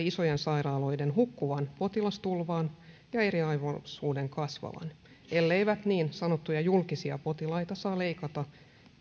isojen sairaaloiden hukkuvan potilastulvaan ja eriarvoisuuden kasvavan ellei niin sanottuja julkisia potilaita saa leikata